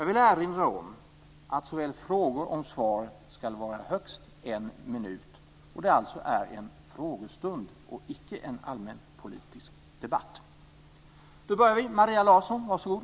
Då är riksdagens ledamöter välkomna att ställa sina frågor.